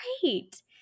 great